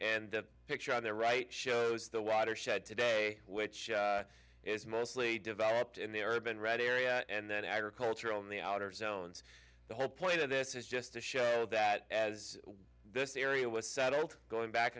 and the picture on the right shows the watershed today which is mostly developed in the urban red area and then agricultural in the outer zones the whole point of this is just to show that as this area was settled going back